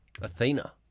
Athena